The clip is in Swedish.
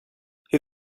hur